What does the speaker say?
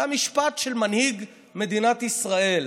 זה המשפט של מנהיג מדינת ישראל: